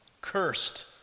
cursed